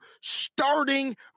starting